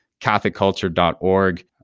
CatholicCulture.org